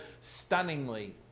stunningly